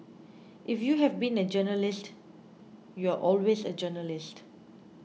if you have been a journalist you're always a journalist